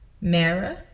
Mara